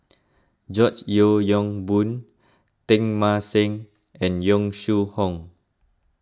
George Yeo Yong Boon Teng Mah Seng and Yong Shu Hoong